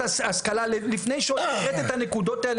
ההשכלה לפני שהעלית את הנקודות האלה,